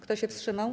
Kto się wstrzymał?